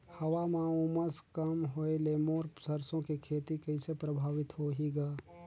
हवा म उमस कम होए ले मोर सरसो के खेती कइसे प्रभावित होही ग?